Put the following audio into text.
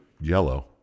Yellow